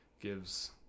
gives